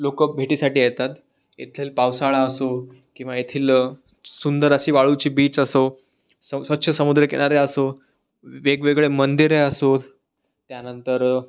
लोकं भेटीसाठी येतात येथील पावसाळा असो किंवा येथील सुंदर अशी वाळूची बीच असो सव स्वच्छ समुद्रकिनारे असो वेगवेगळे मंदिरे असोत त्यानंतर